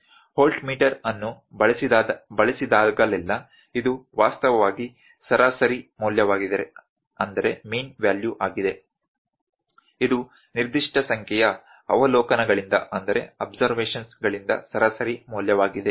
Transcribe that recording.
voltmeter ಅನ್ನು ಬಳಸಿದಾಗಲೆಲ್ಲಾ ಇದು ವಾಸ್ತವವಾಗಿ ಸರಾಸರಿ ಮೌಲ್ಯವಾಗಿದೆ ಇದು ನಿರ್ದಿಷ್ಟ ಸಂಖ್ಯೆಯ ಅವಲೋಕನಗಳಿಂದ ಸರಾಸರಿ ಮೌಲ್ಯವಾಗಿದೆ